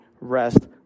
rest